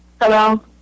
Hello